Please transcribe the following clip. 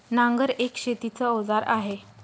नांगर एक शेतीच अवजार आहे